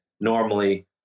normally